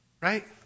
right